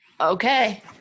Okay